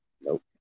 Nope